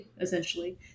essentially